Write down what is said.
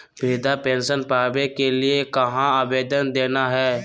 वृद्धा पेंसन पावे के लिए कहा आवेदन देना है?